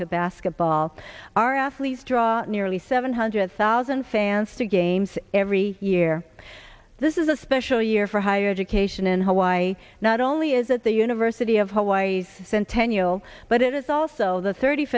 to basketball our athletes draw nearly seven hundred thousand fans to games every year this is a special year for higher education in hawaii not only is that the university of hawaii centennial but it is also the thirty